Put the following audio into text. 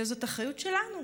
וזאת אחריות שלנו.